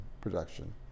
production